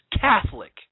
Catholic